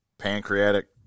pancreatic